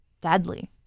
deadly